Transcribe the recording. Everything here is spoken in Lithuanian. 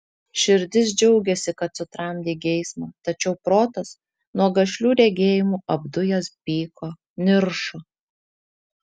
širdis džiaugėsi kad sutramdei geismą tačiau protas nuo gašlių regėjimų apdujęs pyko niršo